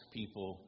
people